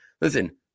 listen